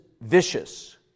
vicious